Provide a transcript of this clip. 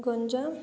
Ganjam